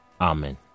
Amen